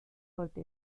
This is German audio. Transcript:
sollte